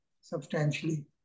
substantially